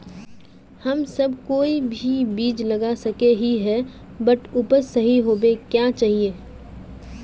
हम सब कोई भी बीज लगा सके ही है बट उपज सही होबे क्याँ चाहिए?